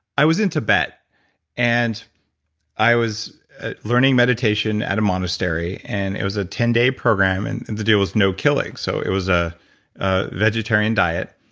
i was in tebet and i was learning meditation at a monastery, and it was a ten day program and and the deal was no killing. so it was ah ah vegetarian diet,